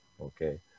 okay